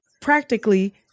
practically